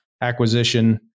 acquisition